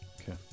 Okay